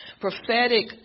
Prophetic